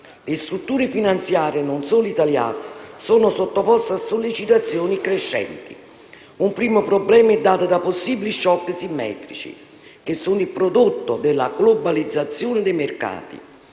Le strutture finanziarie, non solo italiane, sono sottoposte a sollecitazioni crescenti. Un primo problema è dato da possibili *shock* simmetrici, che sono il prodotto della globalizzazione dei mercati.